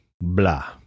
blah